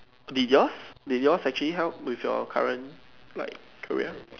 did yours did yours actually help with your current like career